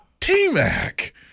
T-Mac